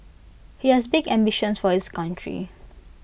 he has big ambitions for his country